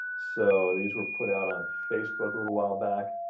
so these were put out on facebook a little while back.